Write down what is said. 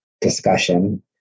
discussion